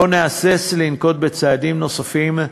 לא נהסס לנקוט צעדים נוספים,